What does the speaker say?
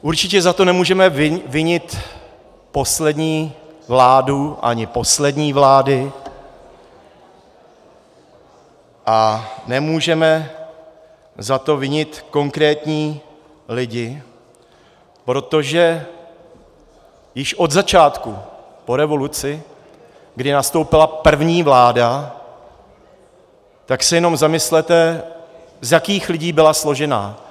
Určitě za to nemůžeme vinit poslední vládu, ani poslední vlády a nemůžeme za to vinit konkrétní lidi, protože již od začátku po revoluci, kdy nastoupila první vláda, tak se jenom zamyslete, z jakých lidí byla složená.